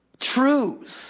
Truths